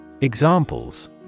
Examples